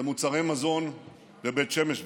למוצרי מזון בבית שמש.